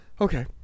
Okay